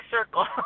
circle